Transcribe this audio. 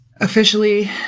Officially